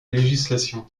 législation